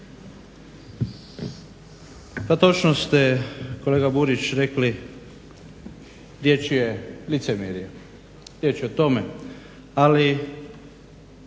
Pa točno ste kolega Burić rekli, riječ je licemjerje, riječ je o tome. Ali